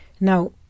Now